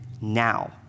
now